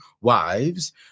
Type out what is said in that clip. wives